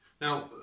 now